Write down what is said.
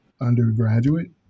undergraduate